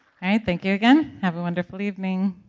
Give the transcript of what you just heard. right. thank you, again. have a wonderful evening.